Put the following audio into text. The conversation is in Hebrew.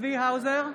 צבי האוזר,